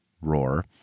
Roar